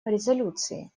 резолюций